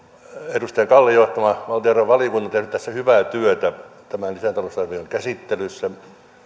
edustaja kallin johtama valtiovarainvaliokunta on tehnyt hyvää työtä tämän lisätalousarvion käsittelyssä